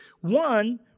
One